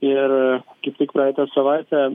ir kaip tik praeitą savaitę